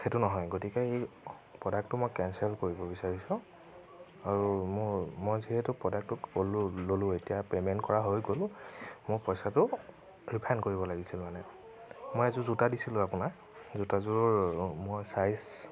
সেইটো নহয় গতিকে এই প্ৰডাক্টটো মই কেঞ্চেল কৰিব বিচাৰিছোঁ আৰু মোৰ মই যিহেতু প্ৰডাক্টটো ল'লো ল'লো এতিয়া পেমেণ্ট কৰা হৈ গ'ল মোৰ পইচাটো ৰিফাণ্ড কৰিব লাগিছিল মানে মই এযোৰ জোতা দিছিলোঁ আপোনাৰ যোতাজোৰ মোৰ ছাইজ